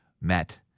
met